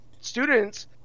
students